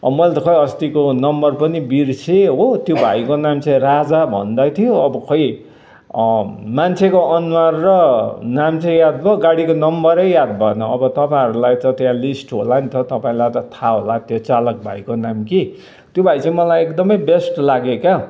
मैले त खोइ अस्तिको नम्बर पनि बिर्सेँ हो त्यो भाइको नाम चाहिँ राजा भन्दै थियो अब खोइ मान्छेको अनुहार र नाम चाहिँ याद भयो गाडीको नम्बरै याद भएन अब तपाईँहरूलाई त त्यहाँ लिस्ट होला नि त तपाईँलाई त थाहा होला त्यो चालक भाइको नाम कि त्यो भाइ चाहिँ मलाई एकदमै बेस्ट लाग्यो क्या हो